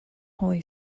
holy